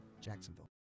Jacksonville